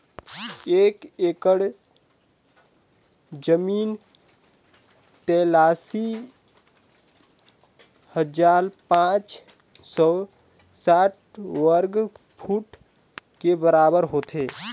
एक एकड़ जमीन तैंतालीस हजार पांच सौ साठ वर्ग फुट के बराबर होथे